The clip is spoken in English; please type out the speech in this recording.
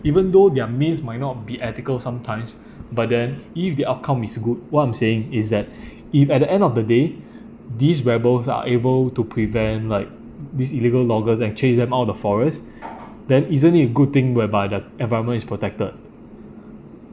even though their means might not be ethical sometimes but then if the outcome is good what I'm saying is that if at the end of the day these rebels are able to prevent like these illegal loggers and chase them out of the forest then isn't it a good thing whereby the environment is protected